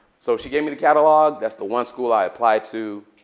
so she gave me the catalog. that's the one school i applied to.